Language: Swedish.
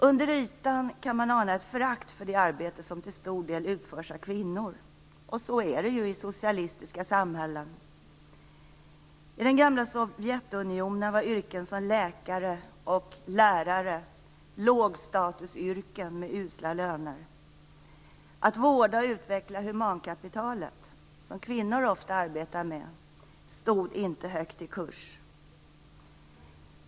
Under ytan kan man ana ett förakt för det arbete som till stor del utförs av kvinnor. Och så är det ju i socialistiska samhällen. I det gamla Sovjetunionen var yrken som läkare och lärare lågstatusyrken med usla löner. Att vårda och utveckla humankapitalet - vilket kvinnor ofta arbetade med - stod inte högt i kurs.